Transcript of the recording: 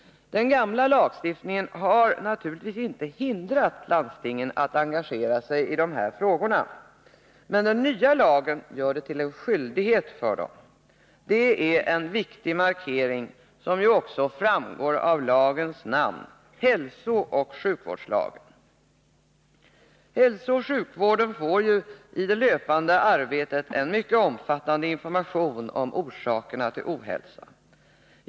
Den gamla lagstiftningen har naturligtvis inte hindrat landstingen att engagera sig i dessa frågor, men den nya lagen gör det till en skyldighet för dem. Det är en mycket viktig markering, som också framgår av lagens namn, hälsooch sjukvårdslagen. Hälsooch sjukvården får ju i det löpande arbetet en mycket omfattande information om orsakerna till ohälsa.